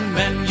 men